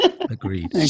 Agreed